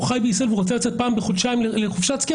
חי בישראל ורוצה לצאת פעם בחודשיים לחופשת סקי,